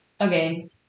Okay